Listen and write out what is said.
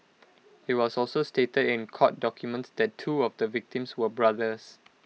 he was also stated in court documents that two of the victims were brothers